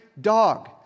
dog